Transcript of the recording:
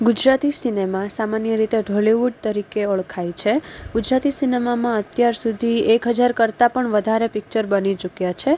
Gujarati cinema સામાન્ય રીતે ઢોલિવૂડ તરીકે ઓળખાય છે ગુજરાતી સિનેમામાં અત્યાર સુધી એક હજાર કરતાં પણ વધારે પીક્ચર બની ચૂક્યા છે